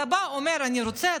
אתה בא ואומר: אני רוצה,